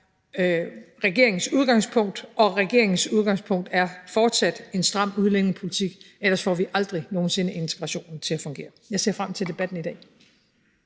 regeringens udgangspunkt, og regeringens udgangspunkt er fortsat en stram udlændingepolitik. Ellers får vi aldrig nogen sinde integrationen til at fungere. Jeg ser frem til debatten i dag.